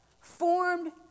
Formed